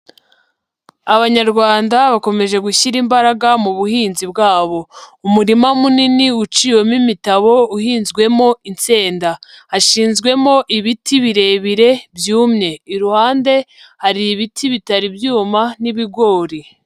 Abanyarwanda bakomeje gushyira imbaraga mu buhinzi bwabo, umurima munini uciwemo imitabo uhinzwemo insenda, hashinzwemo ibiti birebire byumye, iruhande hari ibiti bitari byuma n'ibigori.